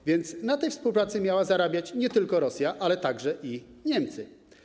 A więc na tej współpracy miała zarabiać nie tylko Rosja, ale także Niemcy.